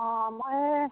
অঁ মই এই